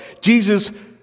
Jesus